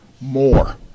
more